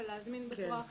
ואנחנו בתהליך הכי